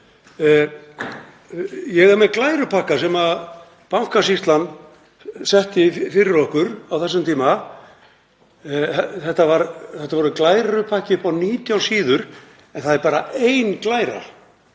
Ég er með glærupakka sem Bankasýslan lagði fyrir okkur á þessum tíma. Þetta var glærupakki upp á 19 síður en aðeins ein glæra